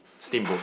steamboat